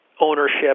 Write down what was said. ownership